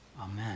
Amen